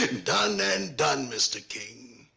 done and done, mr. king.